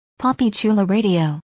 poppychularadio